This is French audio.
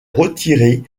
retirée